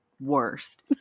worst